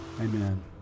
Amen